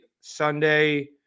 Sunday